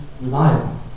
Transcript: reliable